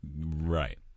Right